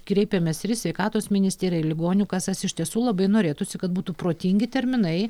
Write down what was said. kreipėmės ir į sveikatos ministeriją ir į ligonių kasas iš tiesų labai norėtųsi kad būtų protingi terminai